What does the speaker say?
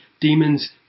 demons